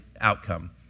outcome